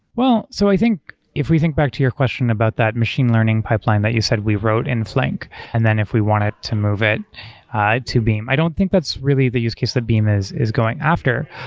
well, so i think if we think back to your question about that machine learning pipeline that you said we wrote in flink and then if we want it to move it to beam, i don't think that's really the use case that beam is is going after.